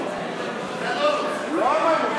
אתה לא רוצה.